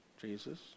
Jesus